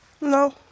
No